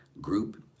group